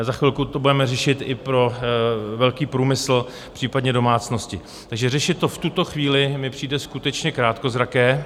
Za chvilku to budeme řešit i pro velký průmysl, případně domácnosti, takže řešit to v tuto chvíli mi přijde skutečně krátkozraké.